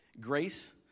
grace